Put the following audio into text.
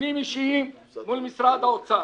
דיונים אישיים מול משרד האוצר